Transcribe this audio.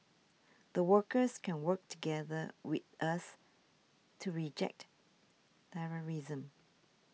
the workers can work together with us to reject terrorism